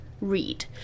Read